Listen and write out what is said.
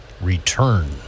Return